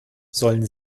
sollen